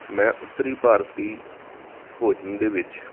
ਮੈਂ ਉੱਤਰੀ ਭਾਰਤੀ ਭੋਜਨ ਦੇ ਵਿੱਚ